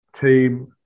team